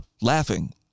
laughing